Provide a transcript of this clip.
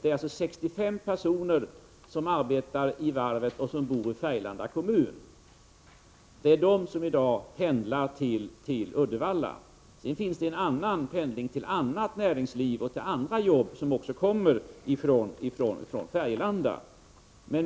Det är 65 personer som arbetar vid varvet och bor i Färgelanda kommun — det är dessa som i dag pendlar till Uddevalla. Sedan förekommer pendling till annan del av näringslivet och till andra jobb, och de personer som ingår i den pendlingen kommer också från Färgelanda.